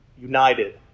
united